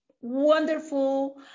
wonderful